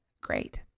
Great